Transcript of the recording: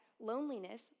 loneliness